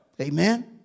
amen